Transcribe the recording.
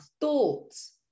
thoughts